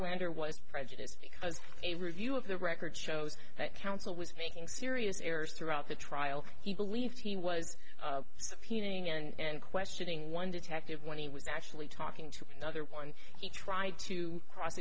under was prejudice because a review of the record shows that counsel was making serious errors throughout the trial he believed he was so feuding and questioning one detective when he was actually talking to another one he tried to cross